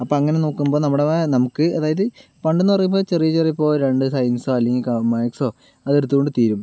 അപ്പോൾ അങ്ങനെ നോക്കുമ്പോൾ നമ്മുടേതായ നമുക്ക് അതായത് പണ്ടെന്ന് പറയുമ്പോൾ ചെറിയ ചെറിയ ഇപ്പോൾ രണ്ട് സയൻസോ അല്ലെങ്കിൽ കൊമേർസോ അതെടുത്തു കൊണ്ട് തീരും